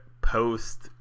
post